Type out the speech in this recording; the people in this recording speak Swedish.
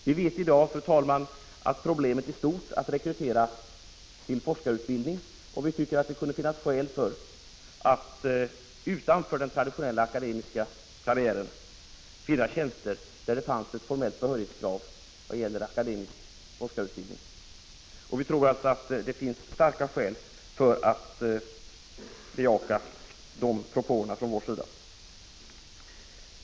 Vi vet i dag, fru talman, att det är ett stort problem att rekrytera till forskarutbildning, och vi tycker att det kunde finnas skäl att utanför den traditionella akademikerkarriären införa tjänster, där det fanns ett formellt behörighetskrav på akademisk forskarutbildning. Vi tror att det finns starka skäl för att bejaka de propåerna från vår sida.